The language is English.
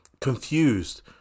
confused